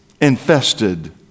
infested